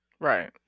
Right